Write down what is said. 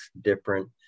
different